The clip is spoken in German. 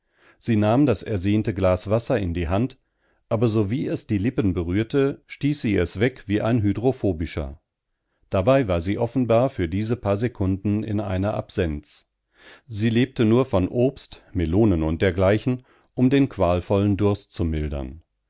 sie nahm das ersehnte glas wasser in die hand aber sowie es die lippen berührte stieß sie es weg wie ein hydrophobischer dabei war sie offenbar für diese paar sekunden in einer absenz sie lebte nur von obst melonen u dgl um den qualvollen durst zu mildem